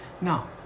No